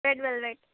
red velvet